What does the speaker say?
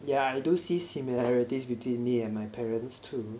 yeah I do see similarities between me and my parents too